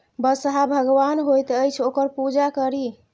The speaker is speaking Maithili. बसहा भगवान होइत अछि ओकर पूजा करी